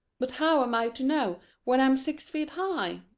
but how am i to know when i'm six feet high?